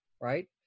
right